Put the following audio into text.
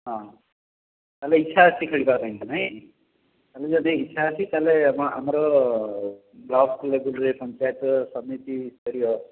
ହଁ ତା'ହେଲେ ଇଚ୍ଛା ଅଛି ଖେଳିବା ପାଇଁକି ନାଇଁ ତା'ହେଲେ ଯଦି ଇଚ୍ଛା ଅଛି ତା'ହେଲେ ଆପଣ ଆମର ବ୍ଲକ୍ ଲେବୁଲ୍ରେ ପଞ୍ଚୟତସମିତି ସ୍ତରୀୟ